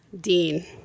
Dean